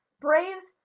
Braves